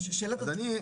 אז אני אומר,